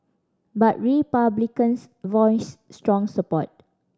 but Republicans voiced strong support